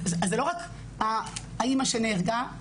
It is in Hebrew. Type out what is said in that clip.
זה לא רק האימא שנהרגה,